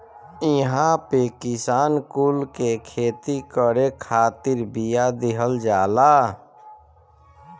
इहां पे किसान कुल के खेती करे खातिर बिया दिहल जाला